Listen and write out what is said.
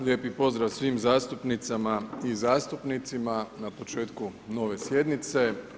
Lijepi pozdrav svim zastupnicama i zastupnicima na početku nove sjednice.